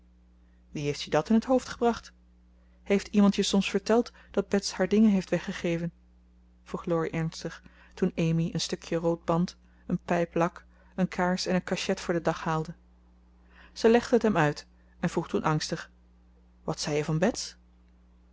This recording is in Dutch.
wie heeft je dat in t hoofd gebracht heeft iemand je soms verteld dat bets haar dingen heeft weggegeven vroeg laurie ernstig toen amy een stukje rood band een pijp lak een kaars en een cachet voor den dag haalde zij legde het hem uit en vroeg toen angstig wat zei je van bets